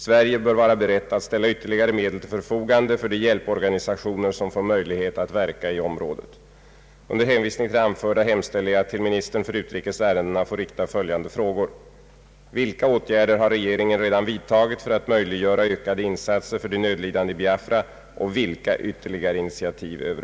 Sverige bör vara berett att ställa ytterligare medel till förfogande för de hjälporganisationer som får möjlighet att verka i området. Under hänvisning till det anförda hemställer jag att till ministern för utrikes ärendena få rikta följande frågor: